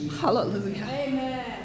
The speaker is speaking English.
Hallelujah